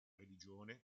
religione